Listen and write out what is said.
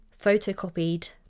photocopied